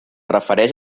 refereix